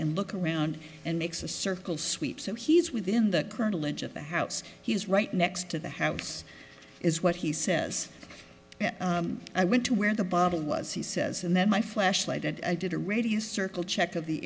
and look around and makes a circle sweep so he's within the kernel edge of the house he is right next to the house is what he says i went to where the bottle was he says and that my flashlight and i did a radius circle check of the